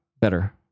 Better